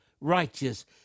righteous